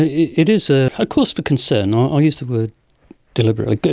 it is a ah cause for concern, i'll use the word deliberately,